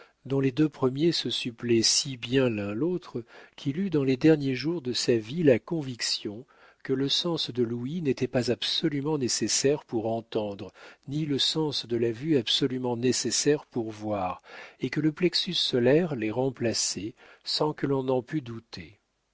dont les deux premiers se suppléent si bien l'un l'autre qu'il eut dans les derniers jours de sa vie la conviction que le sens de l'ouïe n'était pas absolument nécessaire pour entendre ni le sens de la vue absolument nécessaire pour voir et que le plexus solaire les remplaçait sans que l'on en pût douter